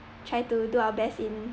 try to do our best in